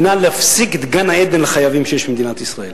היא להפסיק את גן-העדן לחייבים שיש במדינת ישראל.